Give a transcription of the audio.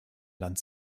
land